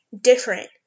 different